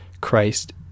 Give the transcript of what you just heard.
Christ